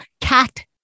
cat